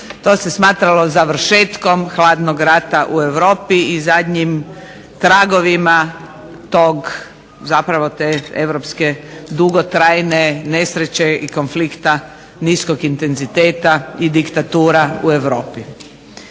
To se smatralo završetkom Hladnog rata u Europi i zadnjim tragovima tog, zapravo te europske dugotrajne nesreće i konflikta niskog intenziteta i diktatura u Europi.